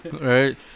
Right